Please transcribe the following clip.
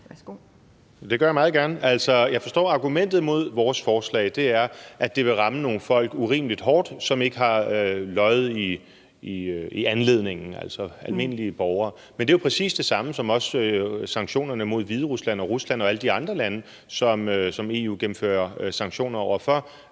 (DF): Det gør jeg meget gerne. Jeg forstår, at argumentet mod vores forslag er, at det vil ramme nogle folk urimelig hårdt, som ikke har lod og del i anledningen, altså almindelige borgere. Men det er jo præcis det samme, som også sanktionerne mod Hviderusland og Rusland og alle de andre lande, som EU gennemfører sanktioner over for,